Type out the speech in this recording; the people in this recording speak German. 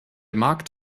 markt